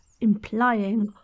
implying